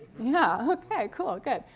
yeah! okay. cool. good.